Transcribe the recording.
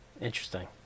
Interesting